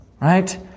right